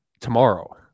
tomorrow